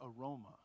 aroma